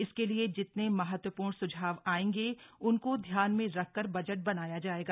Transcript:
इसके लिए जितने महत्वपूर्ण स्झाव आयेंगे उनको ध्यान में रखकर बजट बनाया जायेगा